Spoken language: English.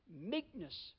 meekness